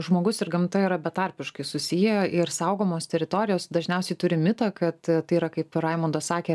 žmogus ir gamta yra betarpiškai susiję ir saugomos teritorijos dažniausiai turi mitą kad tai yra kaip raimundas sakė